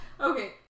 Okay